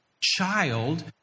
child